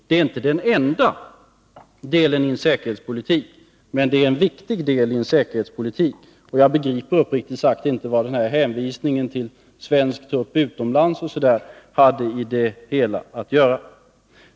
Det är inte den enda delen i en säkerhetspolitik, men det är en viktig del i säkerhetspolitiken. Jag begriper uppriktigt sagt inte vad hänvisningen till svensk trupp utomlands hade med det här att göra.